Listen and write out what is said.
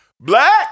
Black